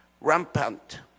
rampant